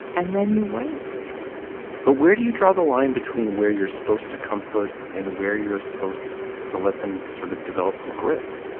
and then you wait but where do you draw the line between where you're supposed to comfort and where you're supposed to let them sort of develop some grit.